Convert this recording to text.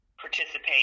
participate